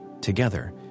Together